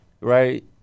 right